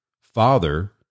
Father